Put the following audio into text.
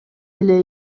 эле